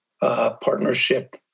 partnership